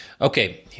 Okay